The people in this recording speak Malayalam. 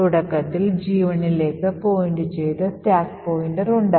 തുടക്കത്തിൽ G1 ലേക്ക് പോയിന്റുചെയ്യുന്ന സ്റ്റാക്ക് പോയിന്റർ ഉണ്ട്